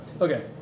Okay